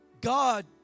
God